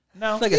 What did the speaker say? No